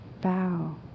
bow